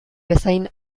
bezain